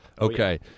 Okay